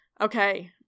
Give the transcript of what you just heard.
Okay